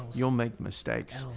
you'll make mistakes.